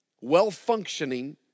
well-functioning